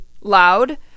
loud